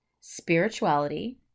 spirituality